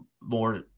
more